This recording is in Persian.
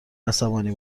عصبانی